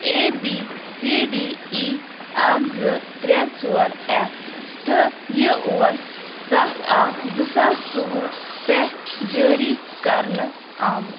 A B C D E اَکھ زٕ ترٛےٚ ژور اٮ۪ف تہٕ یہِ اوس سَتھ اَکھ زٕ ساس ژوٚوُہ پٮ۪ٹھ جٲری کَرنہٕ آمُت